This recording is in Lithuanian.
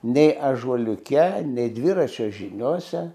nei ąžuoliuke nei dviračio žiniose